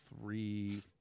three